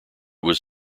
was